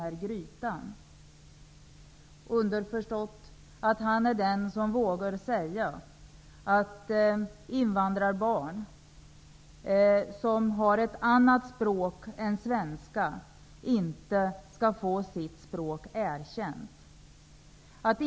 Det är då underförstått att han är den som vågar säga att invandrarbarn med ett annat språk än svenska inte skall få sitt språk erkänt.